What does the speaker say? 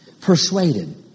Persuaded